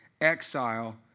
exile